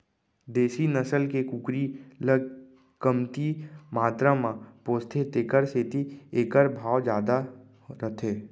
देसी नसल के कुकरी ल कमती मातरा म पोसथें तेकर सेती एकर भाव जादा रथे